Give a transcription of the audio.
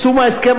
יישום ההסכם,